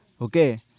okay